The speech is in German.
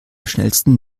schnellsten